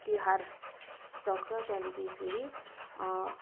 तिहार सक्छ त्यहाँदेखि फेरि